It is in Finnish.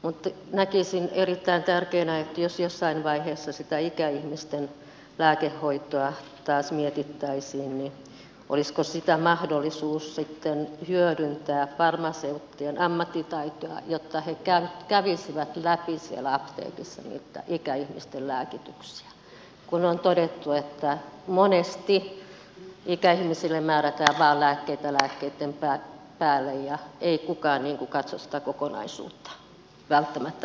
mutta näkisin erittäin tärkeänä sen jos jossain vaiheessa sitä ikäihmisten lääkehoitoa taas mietittäisiin olisiko mahdollisuus sitten hyödyntää farmaseuttien ammattitaitoa jotta he kävisivät läpi siellä apteekissa niitä ikäihmisten lääkityksiä kun on todettu että monesti ikäihmisille määrätään vain lääkkeitä lääkkeitten päälle eikä kukaan katso sitä kokonaisuutta välttämättä joka kerta